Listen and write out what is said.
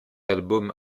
album